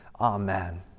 Amen